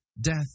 Death